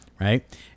Right